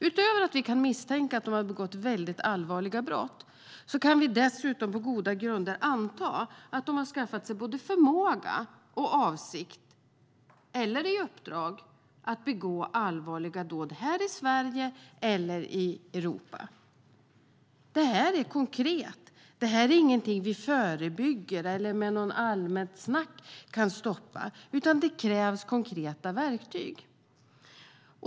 Utöver att vi kan misstänka att de har begått allvarliga brott kan vi dessutom på goda grunder anta att de har skaffat sig både förmåga och avsikt, eller fått i uppdrag, att begå allvarliga dåd här i Sverige eller i Europa. Det här är konkret. Det är ingenting vi förebygger eller med allmänt snack kan stoppa. Det krävs konkreta verktyg.